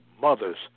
mothers